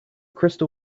crystal